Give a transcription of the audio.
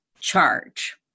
charge